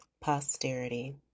posterity